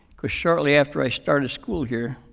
because shortly after i started school here,